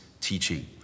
teaching